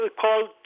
called